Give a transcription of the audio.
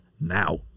now